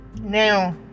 now